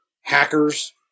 hackers